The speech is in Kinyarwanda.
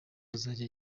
azajya